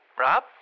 Rob